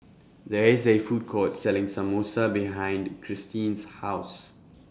There IS A Food Court Selling Samosa behind Christene's House